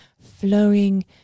flowing